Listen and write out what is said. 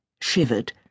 shivered